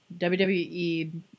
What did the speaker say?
WWE